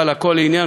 אבל הכול עניין,